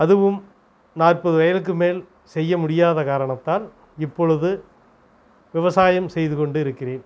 அதுவும் நாற்பது வயதுக்கு மேல் செய்ய முடியாத காரணத்தால் இப்பொழுது விவசாயம் செய்துக் கொண்டு இருக்கிறேன்